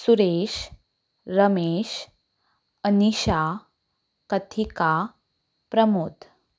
Suresh Ramesh Anisha Kathika Pramod